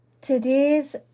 today's